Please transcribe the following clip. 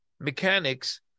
mechanics